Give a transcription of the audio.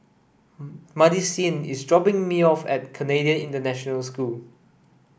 Madisyn is dropping me off at Canadian International School